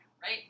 right